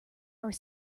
are